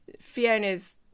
Fiona's